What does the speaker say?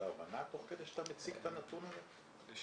להבנה תוך כדי שאתה מציג את הנתון הזה?